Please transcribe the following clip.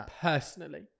personally